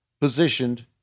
positioned